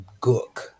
gook